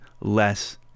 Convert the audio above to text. less